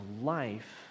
life